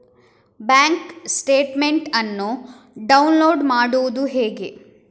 Bank statement ಅನ್ನು download ಮಾಡುವುದು ಹೇಗೆ?